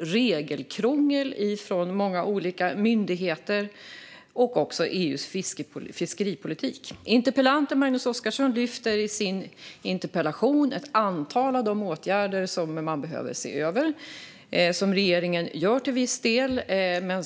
Regelkrångel från många olika myndigheter och EU:s fiskeripolitik har också påverkat. Interpellanten Magnus Oscarsson lyfte i sin interpellation fram ett antal av de åtgärder som man behöver se över, vilket regeringen till viss del gör.